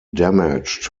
damaged